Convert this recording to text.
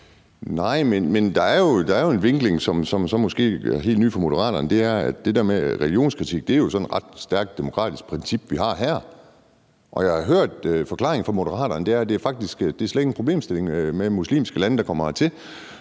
Nej, men der er jo en vinkel, som så måske er helt ny for Moderaterne, og det er, at det der med religionskritik sådan er et ret stærkt demokratisk princip, vi har her. Og jeg har hørt, at forklaringen fra Moderaterne er, at det slet ikke er en problemstilling med folk fra muslimske lande, der kommer hertil.